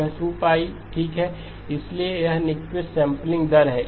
यह 2 ठीक है इसलिए यह न्यूक्विस्ट सैंपलिंग दर है